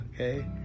Okay